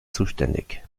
zuständig